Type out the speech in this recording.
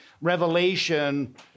revelation